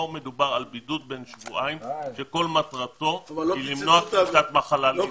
פה מדובר על בידוד בן שבועיים שכל מטרתו היא למנוע הפצת מחלה לישראל.